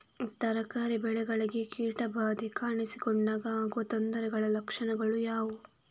ತರಕಾರಿ ಬೆಳೆಗಳಿಗೆ ಕೀಟ ಬಾಧೆ ಕಾಣಿಸಿಕೊಂಡಾಗ ಆಗುವ ತೊಂದರೆಗಳ ಲಕ್ಷಣಗಳು ಯಾವುವು?